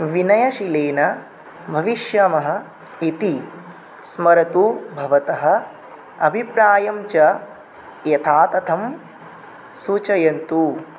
विनयशीलेन भविष्यामः इति स्मरतु भवतः अभिप्रायं च यथातथा सूचयन्तु